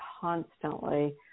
constantly